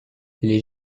les